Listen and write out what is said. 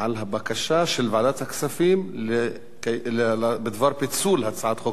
על הבקשה של ועדת הכספים בדבר פיצול הצעת חוק